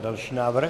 Další návrh.